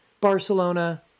Barcelona